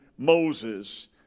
Moses